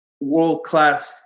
world-class